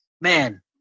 Man